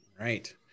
Right